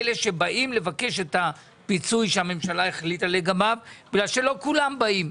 אלה שבאים לבקש את הפיצוי שהממשלה החליטה לגביו משום שלא כולם באים.